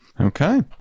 Okay